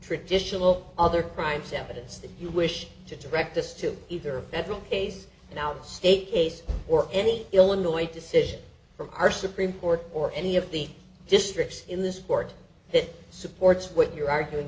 traditional other crimes evidence that you wish to direct us to either a federal case now state or any illinois decision from our supreme court or any of the districts in this sport that supports what you're arguing